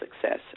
success